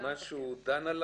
בזמן שהוא דן על